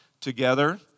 together